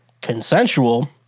consensual